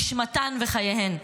נשמתן וחייהן.